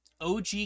OG